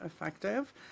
effective